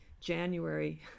January